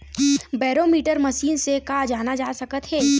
Barometer machine से का जाना जा सकत हे?